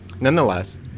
Nonetheless